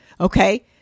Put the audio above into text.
Okay